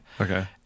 okay